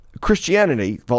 Christianity